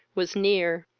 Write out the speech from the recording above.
was near,